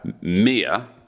Mia